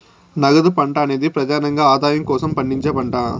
నగదు పంట అనేది ప్రెదానంగా ఆదాయం కోసం పండించే పంట